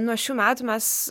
nuo šių metų mes